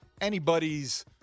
anybody's